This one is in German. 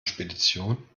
spedition